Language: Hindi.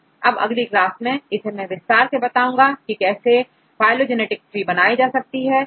अब अगली क्लास में इसे मैं विस्तार से बताऊंगा कि कैसे फाइलओं जेनेटिक ट्री बनाई जा सकती है